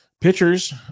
Pitchers